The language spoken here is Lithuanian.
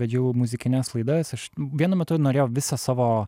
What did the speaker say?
vedžiau muzikines laidas aš vienu metu norėjau visą savo